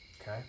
Okay